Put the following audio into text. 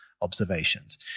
observations